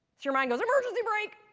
your mind goes emergency brake!